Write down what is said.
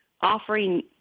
offering